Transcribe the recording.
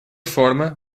forma